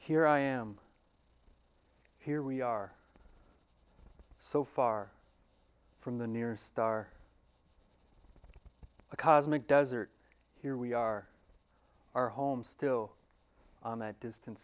here i am here we are so far from the nearest star a cosmic desert here we are our home still on that distan